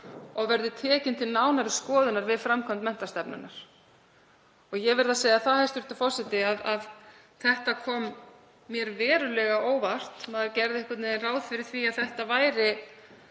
og verði tekin til nánari skoðunar við framkvæmd menntastefnunnar. Ég verð að segja það, hæstv. forseti, að þetta kom mér verulega á óvart. Maður gerði einhvern veginn ráð fyrir því að allt væri